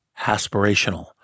aspirational